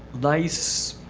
nice,